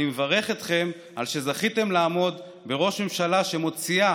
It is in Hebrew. אני מברך אתכם על שזכיתם לעמוד בראש ממשלה שמוציאה